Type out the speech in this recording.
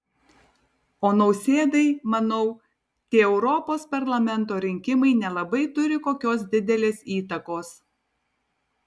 o nausėdai manau tie europos parlamento rinkimai nelabai turi kokios didelės įtakos